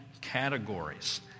categories